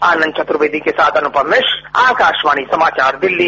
आनंद चतुर्वेदी के साथ अनुपम मिश्र आकाशवाणी समाचार दिल्ली